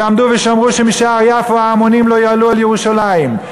ועמדו ושמרו שמשער יפו ההמונים לא יעלו על ירושלים,